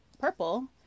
purple